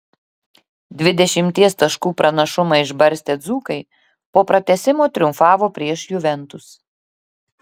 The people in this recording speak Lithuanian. dvidešimties taškų pranašumą išbarstę dzūkai po pratęsimo triumfavo prieš juventus